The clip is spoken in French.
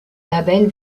label